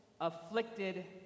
afflicted